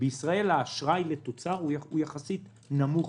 בישראל האשראי לתוצר הוא יחסית נמוך